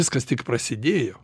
viskas tik prasidėjo